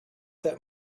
that